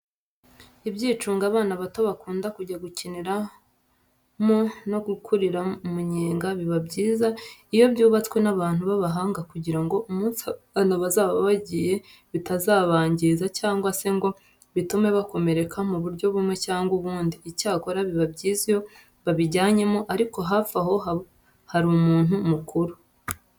Ibyicungo abana bato bakunda kujya gukiniramo no kuriramo umunyenga, biba byiza iyo byubatswe n'abantu b'abahanga kugira ngo umunsi aba bana bazaba babigiyemo bitazabangiza cyangwa se ngo bitume bakomereka mu buryo bumwe cyangwa ubundi. Icyakora biba byiza iyo babijyiyemo ariko hafi aho hari umuntu mukuru.